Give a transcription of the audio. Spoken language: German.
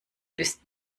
bist